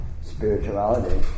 spirituality